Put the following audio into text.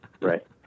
right